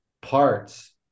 parts